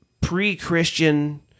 pre-christian